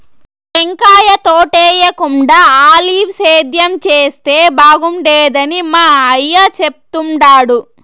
టెంకాయ తోటేయేకుండా ఆలివ్ సేద్యం చేస్తే బాగుండేదని మా అయ్య చెప్తుండాడు